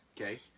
Okay